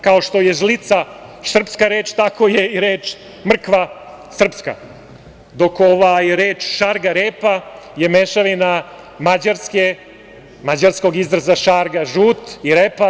Kao što je žlica srpska reč, tako je i reč mrkva srpska, dok reč šargarepa je mešavina mađarske, mađarskog izraza šarga – žut i repa.